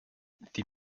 die